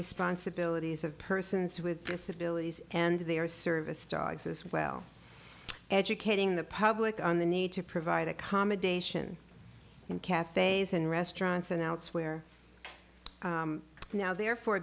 responsibilities of persons with disabilities and they are service dogs as well educating the public on the need to provide accommodation in cafes and restaurants and elsewhere now therefore